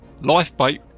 lifeboat